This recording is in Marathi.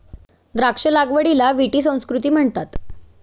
द्राक्ष लागवडीला विटी संस्कृती म्हणतात